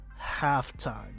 halftime